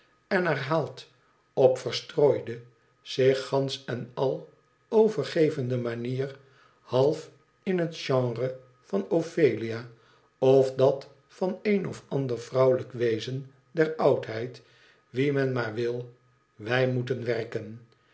en herhaalt op verstrooide zich gansch en al overgevende manier half in het genre van ophelia of dat van een of ander vrouwelijk wezen der oudheid wie men maar wil wij moeten werken